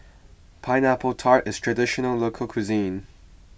Pineapple Tart is a Traditional Local Cuisine